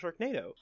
Sharknado